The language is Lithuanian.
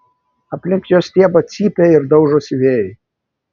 aplink jo stiebą cypia ir daužosi vėjai